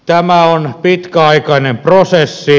tämä on pitkäaikainen prosessi